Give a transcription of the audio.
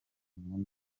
rimwe